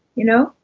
you know?